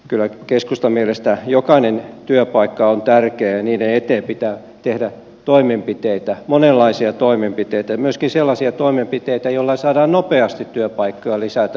kyllä keskustan mielestä jokainen työpaikka on tärkeä ja niiden eteen pitää tehdä toimenpiteitä monenlaisia toimenpiteitä myöskin sellaisia toimenpiteitä joilla saadaan nopeasti työpaikkoja lisää tänne suomeen